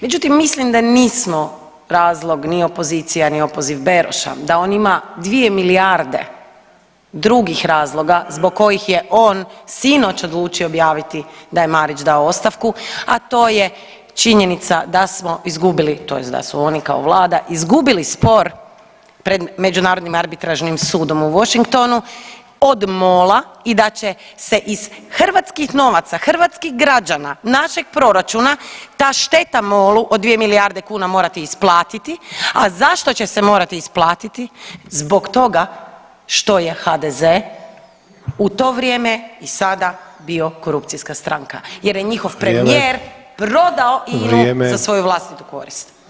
Međutim, mislim da nismo razlog ni opozicija ni opoziv Beroša, da on ima dvije milijarde drugih razloga zbog kojih je on sinoć odlučio objaviti da je Marić dao ostavku, a to je činjenica da smo izgubili tj. da su oni kao vlada izgubili spor pred Međunarodnim arbitražnim sudom u Washingtonu od MOL-a i da će se iz hrvatskih novaca hrvatskih građana našeg proračuna ta šteta MOL-u od dvije milijarde kuna morati isplatiti, a zašto će se morati isplatiti, zbog toga što je HDZ u to vrijeme i sada bio korupcijska stranka jer je njihov premijer prodao INA-u za svoju vlastitu korist.